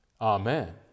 Amen